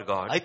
God